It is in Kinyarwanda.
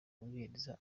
kubwiriza